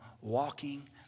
walking